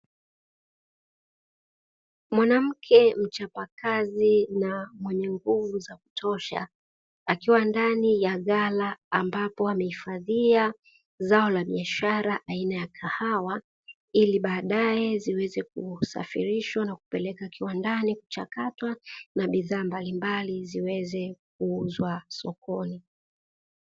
Mwanamke mchapakazi na mwenye nguvu za kutosha, akiwa ndani ya gala ambapo amehifadhia zao la biashara aina ya kahawa, ili baadaye ziweze kusafirishwa na kupeleka kiwandani kuchakatwa na bidhaa mbalimbali ziweze kuuzwa sokoni.